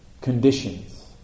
conditions